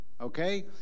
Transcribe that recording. Okay